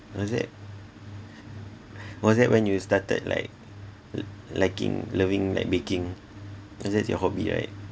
was that was that when you started like li~ liking loving baking cause that's your hobby right